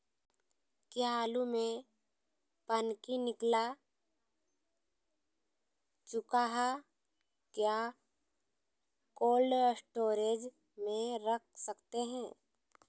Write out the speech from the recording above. क्या आलु में पनकी निकला चुका हा क्या कोल्ड स्टोरेज में रख सकते हैं?